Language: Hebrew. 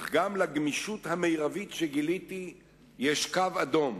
אך גם לגמישות המרבית שגיליתי יש קו אדום,